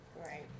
Right